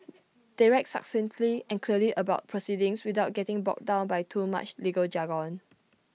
they write succinctly and clearly about proceedings without getting bogged down by too much legal jargon